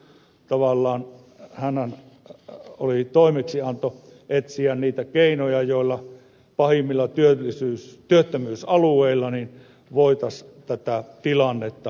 tavallaan hänellä oli toimeksianto etsiä niitä keinoja joilla pahimmilla työttömyysalueilla voitaisiin tätä tilannetta parantaa